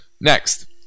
Next